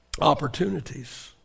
opportunities